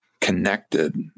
connected